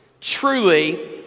Truly